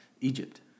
Egypt